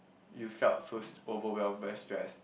you felt so overwhelmed very stress